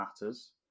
matters